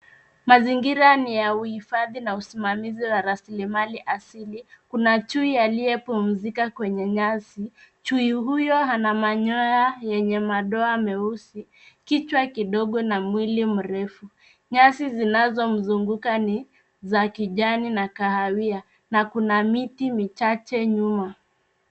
Mazingira ni ya uhifadhi na usimamizi wa rasilimali asili. Kuna chui aliyepumzika kwenye nyasi. Chui huyo ana manyoya yenye madoa meusi, kichwa kidogo na mwili mrefu. Nyasi zinazomzunguka ni za kijani na kahawia na kuna miti michache nyuma.